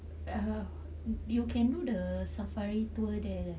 you can do the safari tour there